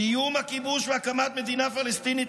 סיום הכיבוש והקמת מדינה פלסטינית